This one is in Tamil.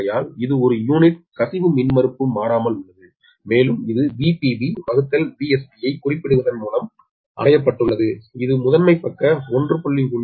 ஆகையால் இது ஒரு யூனிட் கசிவு மின்மறுப்பு மாறாமல் உள்ளது மேலும் இது VpBVsBஐக் குறிப்பிடுவதன் மூலம் அடையப்பட்டுள்ளது இது முதன்மை பக்க 1